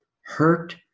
Hurt